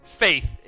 faith